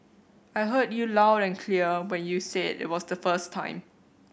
I heard you loud and clear when you said it was the first time